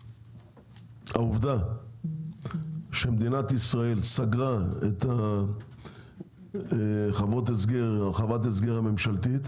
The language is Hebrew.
העובדה שמדינת ישראל סגרה את חוות הסגר חוות ההסגר הממשלתית